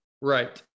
Right